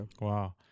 Wow